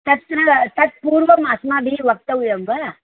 तत्र तत् पूर्वम् अस्माभिः वक्तव्यं वा